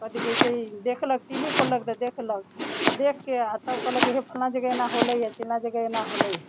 कथि कहै छै देखलक टी वी खोललक तऽ देखलक तऽ देखिके आ तब कहलक कि हे फल्लाँ जगह एना होलै हँ चिलना जगह एना होलै हँ